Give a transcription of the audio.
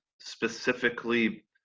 specifically